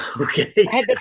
Okay